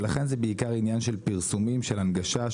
ולכן זה בעיקר עניין של פרסומים של הנגשה,